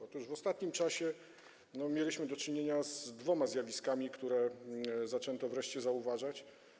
Otóż w ostatnim czasie mieliśmy do czynienia z dwoma zjawiskami, które zaczęto wreszcie zauważać.